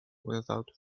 without